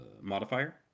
modifier